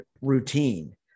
routine